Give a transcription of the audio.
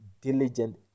diligent